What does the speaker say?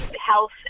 health